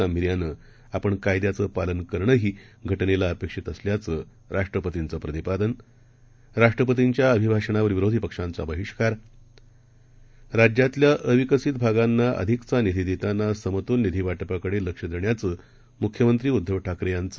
गांभिर्यानं आपण कायद्याचं पालन करणंही घटनेला अपेक्षित असल्याचं राष्ट्रपतींचं प्रतिपादन राष्ट्रपतींच्या अभिभाषणावर विरोधी पक्षांचा बहिष्कार राज्यातल्या अविकसीत विभागांना अधिकचा निधी देताना समतोल निधी वाटपाकडे लक्ष देण्याचं मुख्यमंत्री उद्दव ठाकरे यांचं